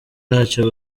ntacyo